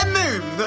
move